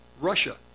Russia